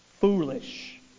Foolish